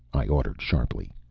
i ordered sharply.